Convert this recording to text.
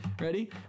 Ready